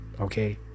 Okay